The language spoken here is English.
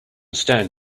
stand